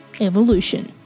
Evolution